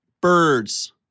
birds